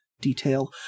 detail